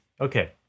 Okay